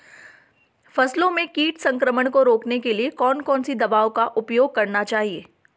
फसलों में कीट संक्रमण को रोकने के लिए कौन कौन सी दवाओं का उपयोग करना चाहिए?